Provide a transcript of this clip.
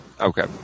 Okay